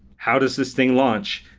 how does this thing launch?